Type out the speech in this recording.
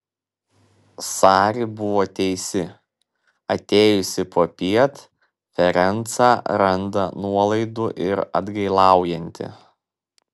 sari buvo teisi atėjusi popiet ferencą randa nuolaidų ir atgailaujantį